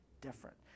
different